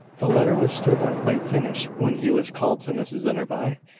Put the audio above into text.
the letter was still not quite finished when he was called to mrs enderby.